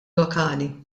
lokali